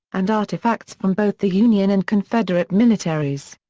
and artifacts from both the union and confederate militaries.